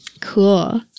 Cool